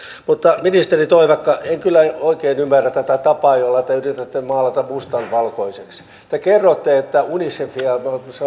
kollega ministeri toivakka en kyllä oikein ymmärrä tätä tapaa jolla te yritätte maalata mustan valkoiseksi te kerrotte että unicefille